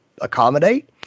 accommodate